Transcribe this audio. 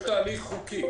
יש תהליך חוקי